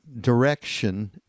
direction